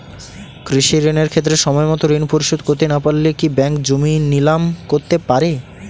কৃষিঋণের ক্ষেত্রে সময়মত ঋণ পরিশোধ করতে না পারলে কি ব্যাঙ্ক জমি নিলাম করতে পারে?